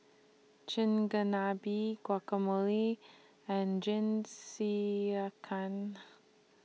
Chigenabe Guacamole and